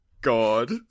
God